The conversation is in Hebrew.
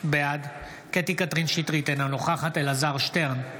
בעד קטי קטרין שטרית, אינה נוכחת אלעזר שטרן,